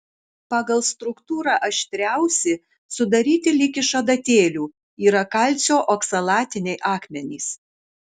pagal struktūrą aštriausi sudaryti lyg iš adatėlių yra kalcio oksalatiniai akmenys